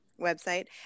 website